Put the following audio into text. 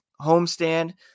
homestand